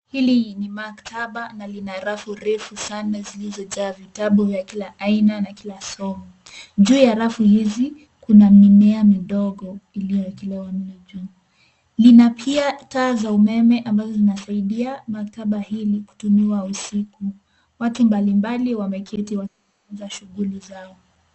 Hili ni maktaba na lina rafu refu sana zilizojaa vitabu vya kila aina na kila somo. Juu ya rafu hizi, kuna mimea midogo iliyoekelewa humo juu. Lina pia taa za umeme ambazo zinasaidia maktaba hili kutumiwa usiku. Watu mbalimbali wameketi wakifanya shughuli zao.